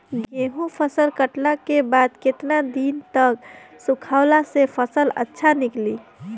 गेंहू फसल कटला के बाद केतना दिन तक सुखावला से फसल अच्छा निकली?